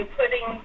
putting